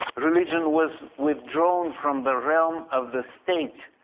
religion was withdrawn from the realm of the state,